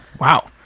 Wow